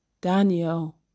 Daniel